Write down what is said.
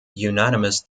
unanimous